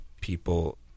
people